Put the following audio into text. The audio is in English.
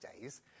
days